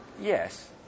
Yes